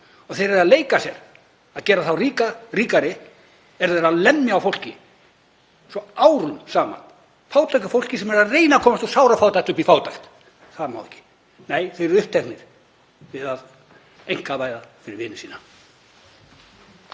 og þeir eru að leika sér við að gera þá ríku ríkari eru þeir að lemja á fólki, árum saman, fátæku fólki sem er að reyna að komast úr sárafátækt í fátækt. Það má ekki, nei, þeir eru uppteknir við að einkavæða fyrir vini sína.